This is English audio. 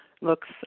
Looks